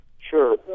Sure